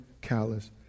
callous